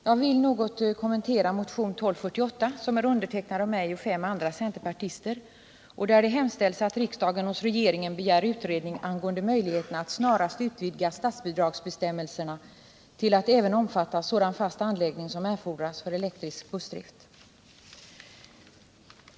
Herr talman! Jag vill något kommentera motionen 1248, som är undertecknad av mig och fem andra centerpartister och där det hemställs att riksdagen hos regeringen begär utredning angående möjligheterna att snarast utvidga statsbidragsbestämmelserna till att även omfatta sådan fast anläggning som erfordras för elektrisk bussdrift.